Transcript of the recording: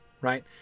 right